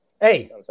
Hey